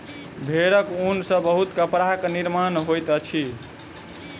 भेड़क ऊन सॅ बहुत कपड़ा निर्माण होइत अछि